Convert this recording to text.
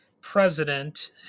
president